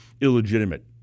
illegitimate